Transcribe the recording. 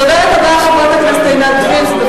הדוברת הבאה, חברת הכנסת עינת וילף.